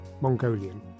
mongolian